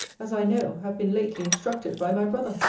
as i know, have been lately instructed by my brother?